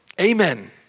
Amen